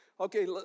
Okay